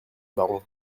baron